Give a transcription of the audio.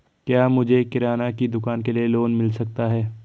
क्या मुझे किराना की दुकान के लिए लोंन मिल सकता है?